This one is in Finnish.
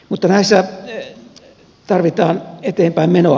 mutta näissä tarvitaan eteenpäinmenoa